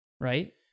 right